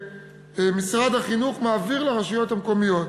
שמשרד החינוך מעביר לרשויות המקומיות.